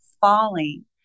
falling